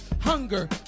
Hunger